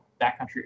backcountry